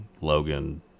logan